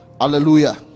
Hallelujah